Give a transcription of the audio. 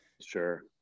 Sure